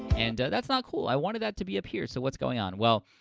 and that's not cool i wanted that to be up here. so what's going on? well,